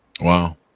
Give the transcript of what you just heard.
Wow